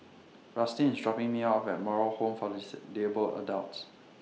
Rustin IS dropping Me off At Moral Home For Disabled Adults